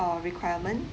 uh requirement